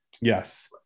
Yes